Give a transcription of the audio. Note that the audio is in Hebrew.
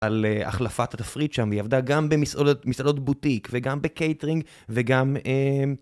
על החלפת התפריט שם, והיא עבדה גם במסעדות בוטיק וגם בקייטרינג וגם...